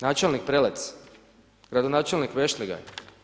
Načelnik Prelec, gradonačelnik Vešligaj.